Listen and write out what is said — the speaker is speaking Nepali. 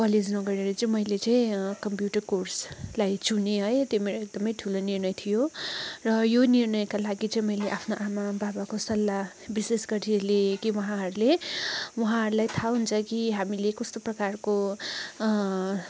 कलेज नगरेर चाहिँ मैले चाहिँ कम्प्युटर कोर्सलाई चुने है त्यो मेरो एकदमै ठुलो निर्णय थियो र यो निर्णयका लागि चाहिँ मैले आफ्नो आमा बाबाको सल्लाह विशेष गरी लिएँ कि उहाँहरूले उहाँहरूलाई थाहा हुन्छ कि हामीले कस्तो प्रकारको